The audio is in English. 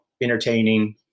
entertaining